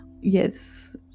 Yes